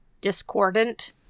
discordant